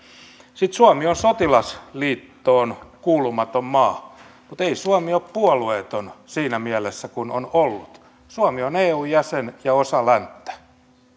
pyrimme suomi on sotilasliittoon kuulumaton maa mutta ei suomi ole puolueeton siinä mielessä kuin on ollut suomi on eun jäsen ja osa länttä